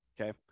Okay